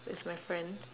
with my friend